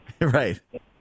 Right